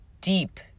deep